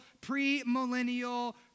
pre-millennial